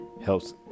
helps